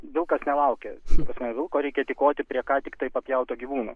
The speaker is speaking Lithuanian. daug kas nelaukia ta prasme vilko reikia tykoti prie ką tik papjauto gyvūno